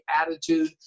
attitude